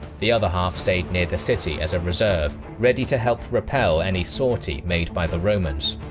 the other half stayed near the city as a reserve, ready to help repel any sortie made by the romans.